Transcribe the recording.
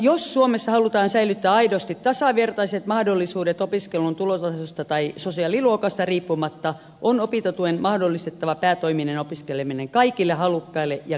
jos suomessa halutaan säilyttää aidosti tasavertaiset mahdollisuudet opiskeluun tulotasosta tai sosiaaliluokasta riippumatta on opintotuen mahdollistettava päätoiminen opiskeleminen kaikille halukkaille ja kyvykkäille